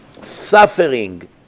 suffering